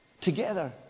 together